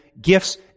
gifts